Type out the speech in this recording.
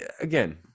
again